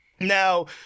Now